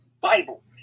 Bible